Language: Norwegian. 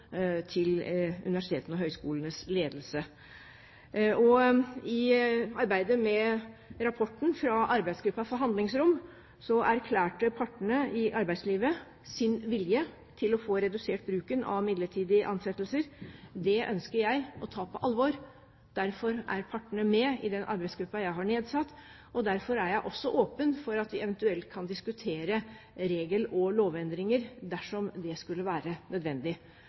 til universitetenes og høgskolenes ledelse. I arbeidet med rapporten fra arbeidsgruppen for handlingsrom erklærte partene i arbeidslivet sin vilje til å få redusert bruken av midlertidige ansettelser. Det ønsker jeg å ta på alvor. Derfor er partene med i den arbeidsgruppen jeg har nedsatt, og derfor er jeg også åpen for at vi eventuelt kan diskutere regel- og lovendringer dersom det skulle være nødvendig.